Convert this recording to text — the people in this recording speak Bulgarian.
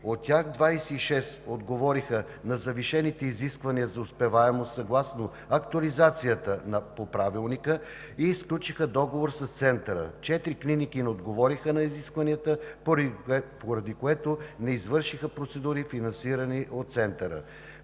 От тях 26 отговориха на завишените изисквания за успеваемост съгласно актуализацията по Правилника и сключиха договор с Центъра. Четири клиники не отговориха на изискванията, поради което не извършиха процедури, финансирани от Центъра.